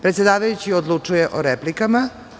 Predsedavajući odlučuje o replikama.